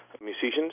musicians